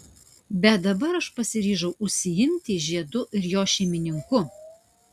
bet dabar aš pasiryžau užsiimti žiedu ir jo šeimininku